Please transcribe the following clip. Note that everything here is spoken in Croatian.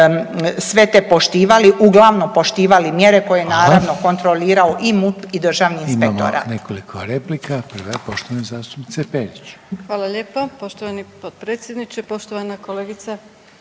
sve te poštivali uglavnom poštivali mjere koje je naravno kontrolirao i MUP i Državni inspektorat.